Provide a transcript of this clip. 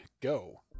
go